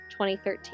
2013